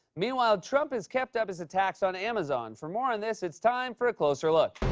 meanwhile, trump has kept up his attacks on amazon. for more on this it's time for a closer look.